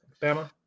Bama